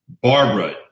Barbara